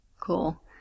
Cool